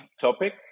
topic